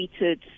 tweeted